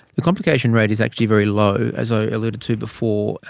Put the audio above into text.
the complication rate is actually very low, as i alluded to before,